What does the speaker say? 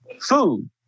food